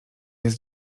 jest